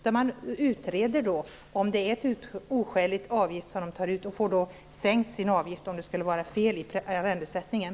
Det utreds om det är en oskälig avgift som tas ut, och man får sin avgift sänkt om det skulle vara fel i arrendesättningen.